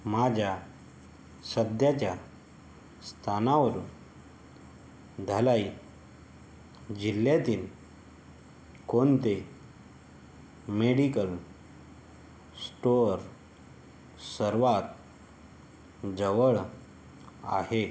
माझ्या सध्याच्या स्थानावरून धलाई जिल्ह्यातील कोणते मेडिकल स्टोअर सर्वात जवळ आहे